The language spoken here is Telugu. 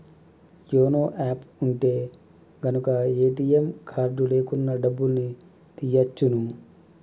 యోనో యాప్ ఉంటె గనక ఏటీఎం కార్డు లేకున్నా డబ్బుల్ని తియ్యచ్చును